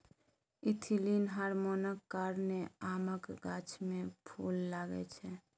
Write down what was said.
ethylene हार्मोनक कारणेँ आमक गाछ मे फुल लागय छै